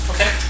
Okay